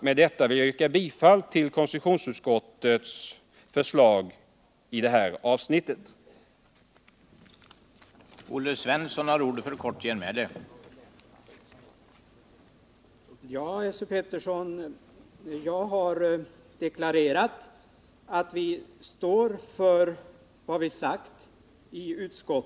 Med detta vill jag yrka bifall till konstitutionsutskottets förslag på detta avsnitt.